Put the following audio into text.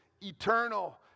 eternal